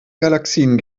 galaxien